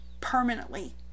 permanently